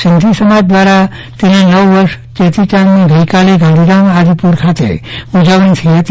સિંધી સમાજ દ્વારા તેમાં નવ વર્ષ ચેટી ચાંદની ગઈકાલે ગાંધીધામ ખાતે ઉજવણી થઈ હતી